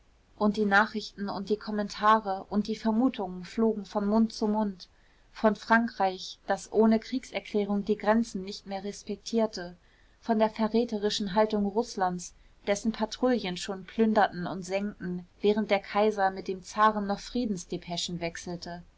und die nachrichten und die kommentare und die vermutungen flogen von mund zu mund von frankreich das ohne kriegserklärung die grenzen nicht mehr respektierte von der verräterischen haltung rußlands dessen patrouillen schon plünderten und sengten während der kaiser mit dem zaren noch friedensdepeschen wechselte